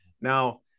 Now